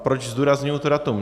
Proč zdůrazňuji to datum?